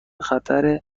خطر